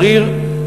שריר,